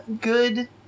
good